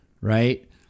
right